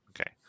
Okay